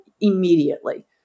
immediately